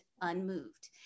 unmoved